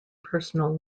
personal